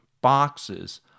boxes